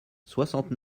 soixante